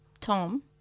Tom